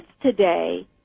today